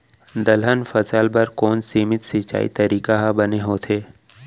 दलहन फसल बर कोन सीमित सिंचाई तरीका ह बने होथे?